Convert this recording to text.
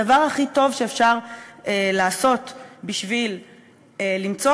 הדבר הכי טוב שאפשר לעשות בשביל למצוא